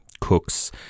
cooks